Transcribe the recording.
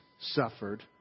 suffered